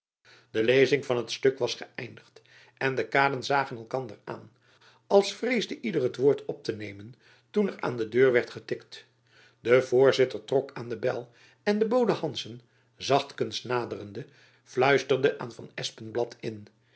de lezing van het stuk was geëindigd en de kaden zagen elkander aan als vreesde ieder het woord op te nemen toen er aan de deur werd getikt de voorzitter trok aan den bel en de bode hanszen zachtkens naderende fluisterde aan van espenblad in